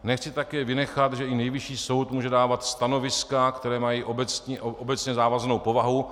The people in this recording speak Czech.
Nechci také vynechat, že i Nejvyšší soud může dávat stanoviska, která mají obecně závaznou povahu.